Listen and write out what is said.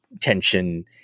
tension